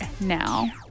now